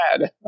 bad